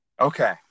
Okay